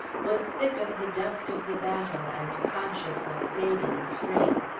was sick of the dust of the battle and conscious of fading strength.